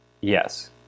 Yes